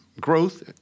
growth